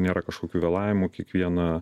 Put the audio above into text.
nėra kažkokių vėlavimų kiekvieną